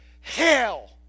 hell